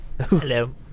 hello